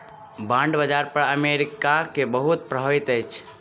bond बाजार पर America के बहुत प्रभाव अछि